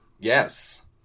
Yes